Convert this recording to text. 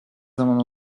zaman